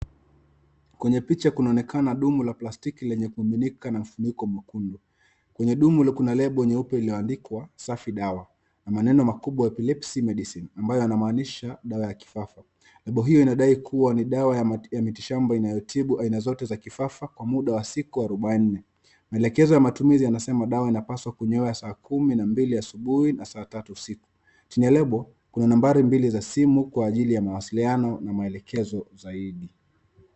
Kwenye picha kunaonekana dumu la plastiki lenye mfuniko mwekundu. Kwenye dumu hilo kuna lebo nyeupe iliyoandikwa 'Safi Dawa' na maneno makubwa 'Epilepsy Medicine' ambayo yanamaanisha dawa ya kifafa. Lebo hiyo inadai kuwa ni dawa ya mitishamba inayotibu aina zote za kifafa kwa muda wa siku 40. Maelekezo ya matumizi yanasema dawa inapaswa kunywewa saa 12 asubuhi na saa 3 usiku. Chini ya lebo kuna nambari mbili za simu kwa ajili ya mawasiliano na maelekezo zaidi.